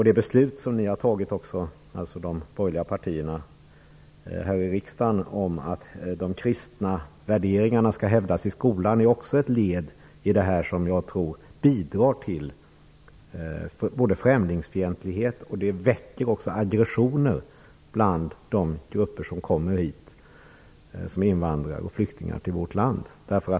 De beslut som de borgerliga partierna har fattat här i riksdagen om att de kristna värderingarna skall hävdas i skolan är också ett led i det som bidrar till främlingsfientlighet och väcker aggressioner bland de grupper som kommer hit som invandrare och flyktingar.